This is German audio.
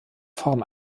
form